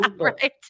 Right